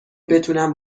بتونم